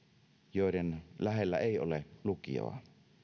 joiden lähellä ei ole lukiota